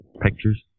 Pictures